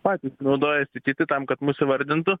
patys naudojasi kiti tam kad mus įvardintų